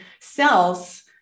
cells